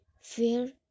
fear